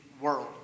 world